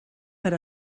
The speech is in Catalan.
per